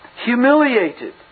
humiliated